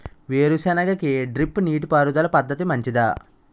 వేరుసెనగ కి డ్రిప్ నీటిపారుదల పద్ధతి మంచిదా?